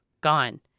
gone